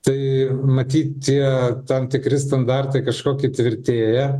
tai matyt tie tam tikri standartai kažkoki tvirtėja